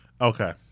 Okay